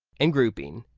and grouping.